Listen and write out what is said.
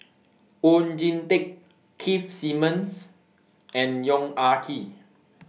Oon Jin Teik Keith Simmons and Yong Ah Kee